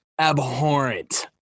abhorrent